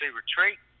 retreat